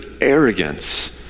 arrogance